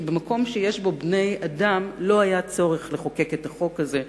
כי במקום שיש בו בני-אדם לא היה צורך לחוקק את החוק הזה.